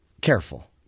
Careful